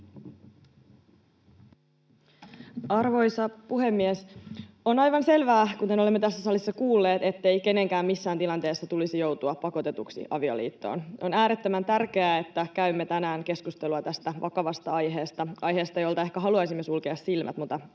Arvoisa puhemies! On aivan selvää, kuten olemme tässä salissa kuulleet, ettei kenenkään missään tilanteessa tulisi joutua pakotetuksi avioliittoon. On äärettömän tärkeää, että käymme tänään keskustelua tästä vakavasta aiheesta — aiheesta, jolta ehkä haluaisimme sulkea silmät,